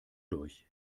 durch